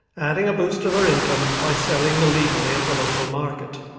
adding a boost to their income by selling illegally at the local market.